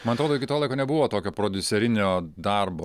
man atrodo iki to laiko nebuvo tokio prodiuserinio darbo